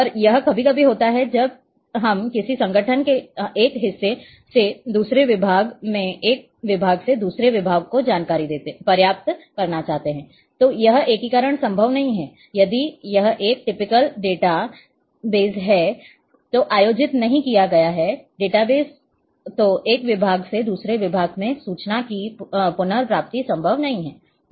और यह कभी कभी होता है जब हम किसी संगठन के एक हिस्से से दूसरे विभाग में एक विभाग से दूसरे को जानकारी प्राप्त करना चाहते हैं तो यह एकीकरण संभव नहीं है यदि यह एक टिपिकल डाटा बेस में आयोजित नहीं किया गया है डेटाबेस तो एक विभाग से दूसरे विभाग में सूचना की पुनर्प्राप्ति संभव नहीं है